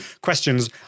questions